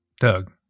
Doug